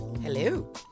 Hello